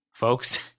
folks